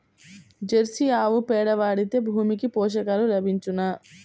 Jersey ఆవు పేడ వాడితే భూమికి పోషకాలు లభించునా?